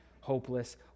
hopeless